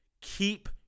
keep